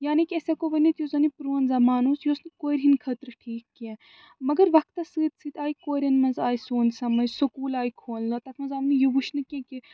یعنی کہِ أسۍ ہٮ۪کو ؤنِتھ یُس زن یہِ پرون زمان اوس یہِ اوس نہٕ کورِ ہِنٛدۍ خٲطرٕ ٹھیٖک کیٚنٛہہ مگر وقتس سۭتۍ سۭتۍ آے کورٮ۪ن منٛز آے سون سمجھ سُکوٗل آیہِ کھولنہٕ تتھ منٛز آو نہٕ یہِ وٕچھںہٕ کیٚنٛہہ کہِ